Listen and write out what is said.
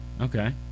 Okay